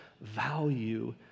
value